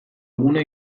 eguna